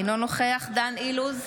אינו נוכח דן אילוז,